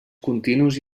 continus